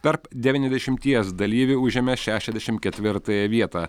tarp devyniasdešimies dalyvių užėmė šešiasdešim ketvirtąją vietą